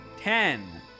Ten